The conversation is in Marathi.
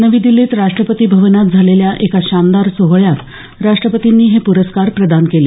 नवी दिल्लीत राष्ट्रपती भवनात झालेल्या एका शानदार सोहळ्यात राष्टपतींनी हे प्रस्कार प्रदान केले